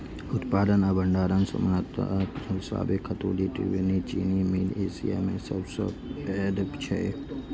उत्पादन आ भंडारण क्षमताक हिसाबें खतौली त्रिवेणी चीनी मिल एशिया मे सबसं पैघ छै